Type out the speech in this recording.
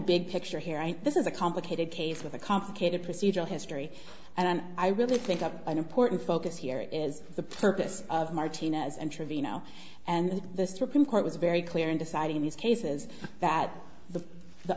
big picture here and this is a complicated case with a complicated procedural history and i really think of an important focus here is the purpose of martinez and trevino and the supreme court was very clear in deciding these cases that the the